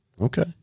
okay